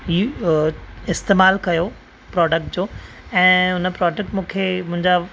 इस्तेमाल कयो प्रोडक्ट जो ऐं हुन प्रोडक्ट मूंखे मुहिंजा